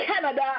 Canada